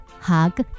hug